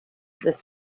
this